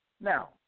now